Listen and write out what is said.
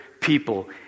people